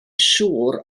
siŵr